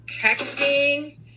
texting